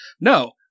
no